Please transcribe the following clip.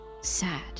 sad